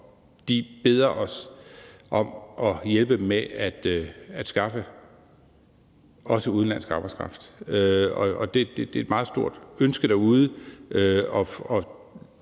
de beder os om at hjælpe dem med at skaffe også udenlandsk arbejdskraft. Det er et meget stort ønske derude,